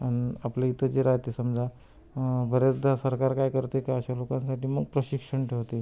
अन् आपल्या इथं जे राहते समजा बरेचदा सरकार काय करते का अशा लोकांसाठी मग प्रशिक्षण ठेवते